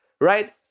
right